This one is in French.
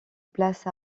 place